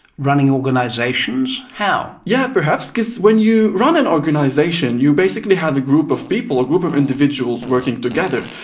running organisations. how? yeah perhaps, because when you run an organisation you basically have a group of people, a group of individuals working together.